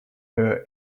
her